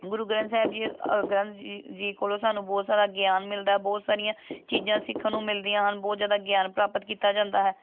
ਗੁਰੂ ਗ੍ਰੰਥ ਸਾਹਿਬ ਜੀ ਗ੍ਰੰਥ ਜੀ ਜੀ ਕੋਲੋਂ ਸਾਨੂੰ ਬਹੁਤ ਸਾਰਾ ਗਿਆਨ ਮਿਲਦਾ ਬਹੁਤ ਸਾਰੀਆਂ ਚੀਜ਼ਾਂ ਸਿੱਖਣ ਨੂੰ ਮਿਲਦੀਆਂ ਹਨ ਬਹੁਤ ਜ਼ਿਆਦਾ ਗਿਆਨ ਪ੍ਰਾਪਤ ਕੀਤਾ ਜਾਂਦਾ ਹੈ